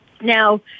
Now